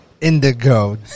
Indigo